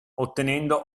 ottenendo